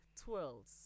twirls